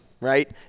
right